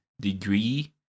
degree